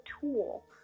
tool